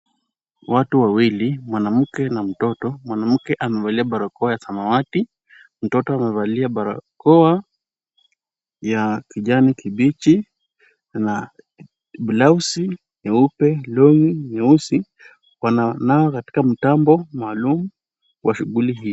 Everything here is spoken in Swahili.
Watu wawili; mwanamke na mtoto. Mwanamke amevalia barakoa ya samawati, mtoto amevalia barakoa ya kijani kibichi na blausi nyeupe, long'i nyeusi. Wananawa katika mtambo maalum kwa shughuli hii.